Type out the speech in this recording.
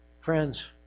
Friends